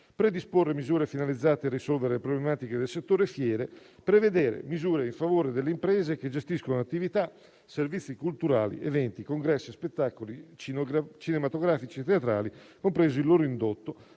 predisporre misure finalizzate a risolvere problematiche del settore fiere; prevedere misure in favore delle imprese che gestiscono attività e servizi culturali (eventi, congressi e spettacoli cinematografici, teatrali, compreso il loro indotto)